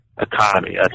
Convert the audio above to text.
economy